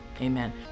Amen